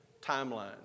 timeline